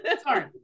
Sorry